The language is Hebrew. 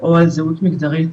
או על זהות מגדרית,